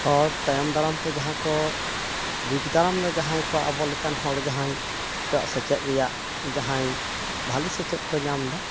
ᱦᱚᱲ ᱛᱟᱭᱚᱢ ᱫᱟᱨᱟᱢ ᱛᱮ ᱡᱟᱦᱟᱸ ᱠᱚ ᱵᱩᱡᱽᱫᱟᱨᱟᱢ ᱫᱟ ᱡᱟᱦᱟᱸᱭ ᱠᱚ ᱟᱵᱚ ᱞᱮᱠᱟᱱ ᱦᱚᱲ ᱡᱟᱦᱟᱸᱭ ᱱᱤᱛᱚᱜ ᱥᱮᱪᱮᱫ ᱨᱮᱭᱟᱜ ᱡᱟᱦᱟᱸᱭ ᱵᱷᱟᱞᱤ ᱥᱮᱪᱮᱫ ᱠᱚᱭ ᱧᱟᱢ ᱫᱟ